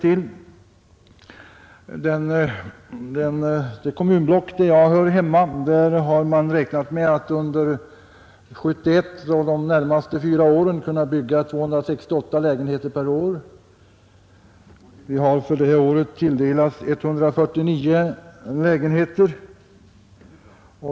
I det kommunblock där jag hör hemma har man räknat med att under 1971 och de närmaste fyra åren framåt kunna bygga 268 lägenheter per år. För detta år har vi tilldelats 149 lägenheter.